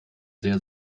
sehr